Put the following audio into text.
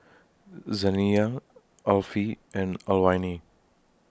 Zaniyah Alfie and Alwine